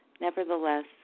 Nevertheless